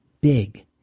big